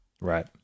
Right